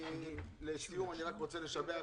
לסיום, אני רוצה לשבח